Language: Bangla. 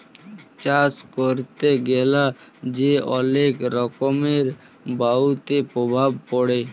চাষ ক্যরতে গ্যালা যে অলেক রকমের বায়ুতে প্রভাব পরে